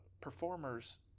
performers